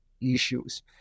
issues